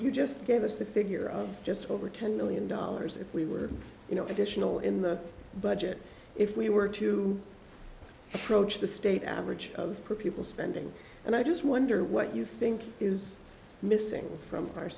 you just gave us the figure of just over ten million dollars if we were you know additional in the budget if we were to approach the state average of people spending and i just wonder what you think is missing from our